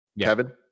Kevin